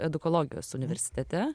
edukologijos universitete